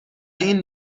این